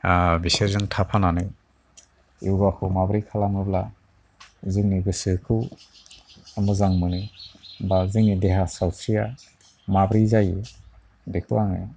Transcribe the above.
बिसोरजों थाफानानै य'गाखौ माबोरै खालामोब्ला जोंनि गोसोखौ मोजां मोनो बा जोंनि देहा सावस्रिया माबोरै जायो बेखौ आङो